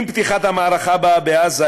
עם פתיחת המערכה הבאה בעזה,